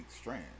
strand